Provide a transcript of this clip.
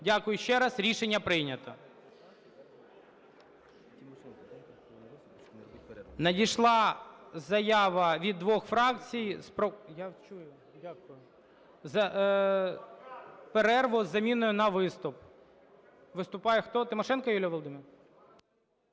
Дякую ще раз. Рішення прийнято. Надійшла заява від двох фракцій. Перерву з заміною на виступ. Виступає хто? Тимошенко Юлія Володимирівна?